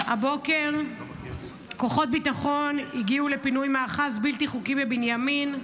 הבוקר כוחות הביטחון הגיעו לפינוי מאחז בלתי חוקי בבנימין,